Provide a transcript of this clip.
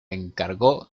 encargó